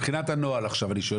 מבחינת הנוהל עכשיו אני שואל,